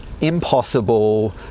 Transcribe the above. impossible